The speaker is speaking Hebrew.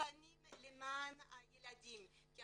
אולפנים למען הילדים, כי